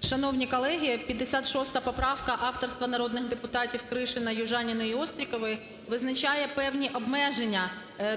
Шановні колеги! 56 поправка авторства народних депутатів Кришина, Южаніної і Острікової визначає певні обмеження,